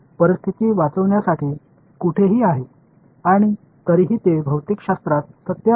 परिस्थिती वाचवण्यासाठी कोठेही आहे आणि तरीही ते भौतिकशास्त्रात सत्य आहे